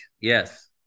yes